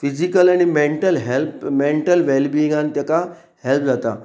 physical आनी mental help mental वेलबिंगान ताका हेल्प जाता